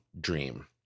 dream